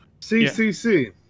CCC